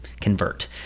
convert